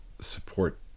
support